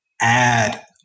add